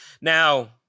Now